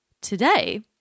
today